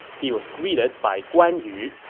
he was greeted by guan yu,